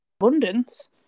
abundance